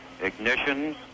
Ignition